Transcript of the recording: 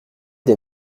des